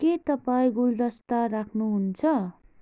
के तपाईँ गुलदस्ता राख्नुहुन्छ